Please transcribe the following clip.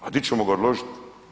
A di ćemo ga odložiti?